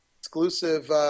exclusive